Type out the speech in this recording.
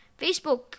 Facebook